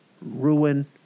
ruin